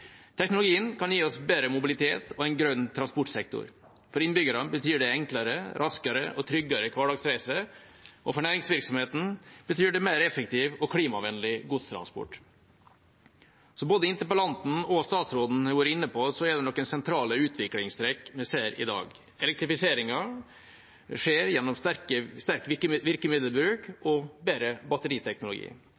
Teknologien kan gi oss bedre mobilitet og en grønn transportsektor. For innbyggerne betyr det enklere, raskere og tryggere hverdagsreiser, og for næringsvirksomheten betyr det mer effektiv og klimavennlig godstransport. Som både interpellanten og statsråden har vært inne på, er det noen sentrale utviklingstrekk vi ser i dag. Elektrifiseringen skjer gjennom sterk virkemiddelbruk